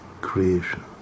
creation